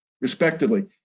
respectively